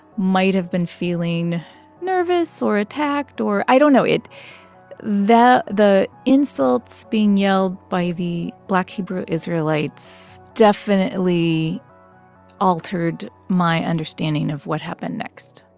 might have been feeling nervous or attacked or i don't know. it the the insults being yelled by the black hebrew israelites definitely altered my understanding of what happened next